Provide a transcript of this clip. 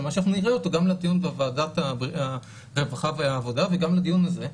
כלומר שאנחנו נראה אותו גם לדיון בוועדת הרווחה והעבודה וגם לדיון הזה,